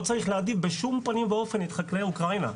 לא צריך להעדיף בשום פנים ואופן את חקלאי אוקראינה.